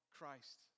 Christ